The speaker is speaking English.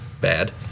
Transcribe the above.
bad